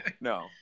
no